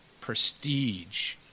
Prestige